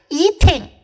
,eating